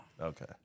Okay